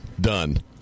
done